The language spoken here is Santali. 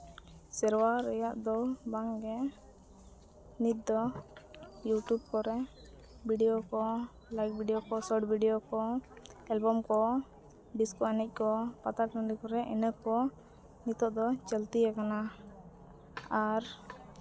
ᱥᱮᱨᱣᱟ ᱨᱮᱭᱟᱜ ᱫᱚ ᱵᱟᱝᱜᱮ ᱱᱤᱛ ᱫᱚ ᱤᱭᱩᱴᱩᱵᱽ ᱠᱚᱨᱮ ᱰᱷᱤᱰᱭᱳ ᱠᱚ ᱞᱟᱭᱤᱠ ᱵᱷᱤᱰᱭᱳ ᱠᱚ ᱥᱚᱴ ᱵᱷᱤᱰᱭᱳ ᱠᱚ ᱮᱞᱵᱟᱢ ᱠᱚ ᱰᱤᱥᱠᱳ ᱮᱱᱮᱡᱽ ᱠᱚ ᱯᱟᱛᱟ ᱴᱟᱺᱰᱤ ᱠᱚᱨᱮ ᱤᱱᱟᱹ ᱠᱚ ᱱᱤᱛᱳᱜ ᱫᱚ ᱪᱚᱞᱛᱤᱭᱟᱠᱟᱱᱟ ᱟᱨ